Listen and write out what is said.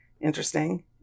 Interesting